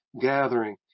gathering